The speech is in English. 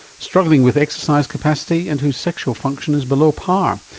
struggling with exercise capacity and whose sexual function is below par.